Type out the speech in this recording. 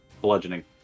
Bludgeoning